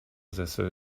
sessel